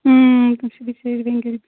تِم چِھ بِچٲرۍ